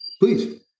Please